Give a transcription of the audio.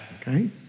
okay